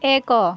ଏକ